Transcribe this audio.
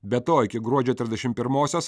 be to iki gruodžio trisdešim pirmosios